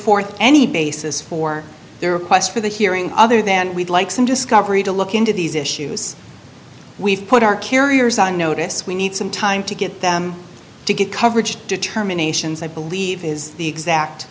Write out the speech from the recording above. forth any basis for their request for the hearing other than we'd like some discovery to look into these issues we've put our carriers on notice we need some time to get them to get coverage determinations i believe is the exact